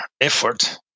effort